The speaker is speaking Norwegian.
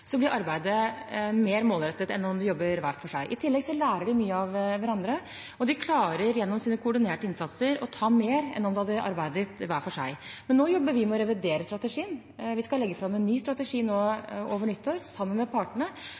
blir arbeidet mer målrettet enn om de jobber hver for seg. I tillegg lærer de mye av hverandre, og de klarer gjennom sine koordinerte innsatser å ta mer enn om de hadde arbeidet hver for seg. Men nå jobber vi med å revidere strategien. Vi skal legge fram en ny strategi sammen med partene over nyttår,